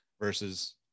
versus